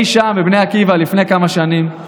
אי שם בבני עקיבא לפני כמה שנים.